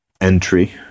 entry